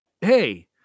Hey